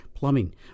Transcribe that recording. plumbing